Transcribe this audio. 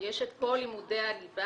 יש את כל לימודי הליבה,